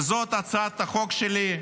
וזאת הצעת החוק שלי,